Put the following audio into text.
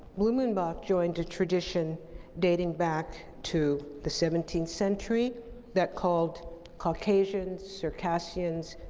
blumenbach joined a tradition dating back to the seventeenth century that called caucasians, circassians,